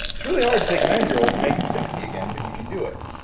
it's really hard to take a ninety year old and make him sixty again, but you can do it.